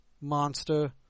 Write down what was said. Monster